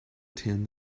tan